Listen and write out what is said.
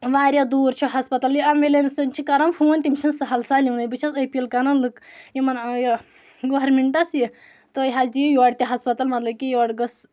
واریاہ دوٗر چھُ ہسپتال اؠمبُلیٚنسن چھِ کَران فون تِم چھنہٕ سہَل سَہل یِوٲنی بہٕ چھس أپیٖل کَران لُکَن یِمن گورمِنٹَس تُہۍ حظ دِیِو یورٕ تہِ ہَسپتال مطلب کہِ یورٕ گٔژھ